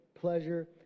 pleasure